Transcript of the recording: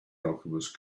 alchemist